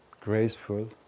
graceful